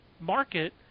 market